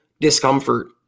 discomfort